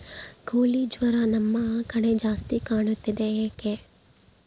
ಕೋಳಿ ಜ್ವರ ನಮ್ಮ ಕಡೆ ಜಾಸ್ತಿ ಕಾಣುತ್ತದೆ ಏಕೆ?